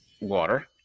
water